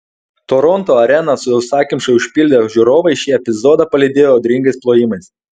toronto areną sausakimšai užpildę žiūrovai šį epizodą palydėjo audringais plojimais